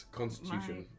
constitution